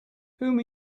whom